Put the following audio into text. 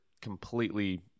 completely